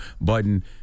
Button